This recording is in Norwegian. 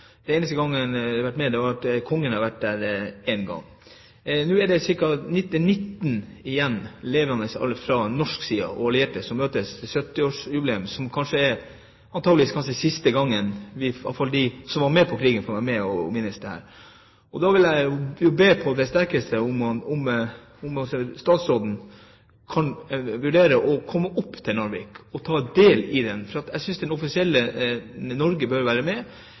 Det eneste er at Kongen har vært der én gang. Nå er det ca. 19 gjenlevende på norsk side og fra de allierte, som møtes til 70-årsmarkering, og kanskje er det siste gang de som var med i krigen, får være med og minnes dette. Jeg vil på det sterkeste be statsråden vurdere å komme opp til Narvik og ta del, for jeg synes det offisielle Norge bør være med.